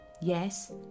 Yes